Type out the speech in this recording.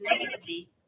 negatively